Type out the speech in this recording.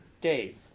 Dave